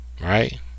Right